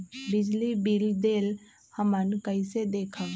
बिजली बिल देल हमन कईसे देखब?